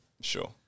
sure